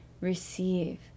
receive